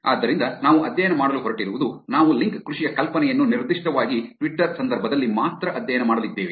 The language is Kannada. ಆದ್ದರಿಂದ ನಾವು ಅಧ್ಯಯನ ಮಾಡಲು ಹೊರಟಿರುವುದು ನಾವು ಲಿಂಕ್ ಕೃಷಿಯ ಕಲ್ಪನೆಯನ್ನು ನಿರ್ದಿಷ್ಟವಾಗಿ ಟ್ವಿಟರ್ ಸಂದರ್ಭದಲ್ಲಿ ಮಾತ್ರ ಅಧ್ಯಯನ ಮಾಡಲಿದ್ದೇವೆ